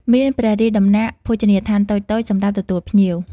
មានព្រះរាជដំណាក់ ភោជនីយដ្ឋានតូចៗ សម្រាប់ទទួលភ្ញៀវ។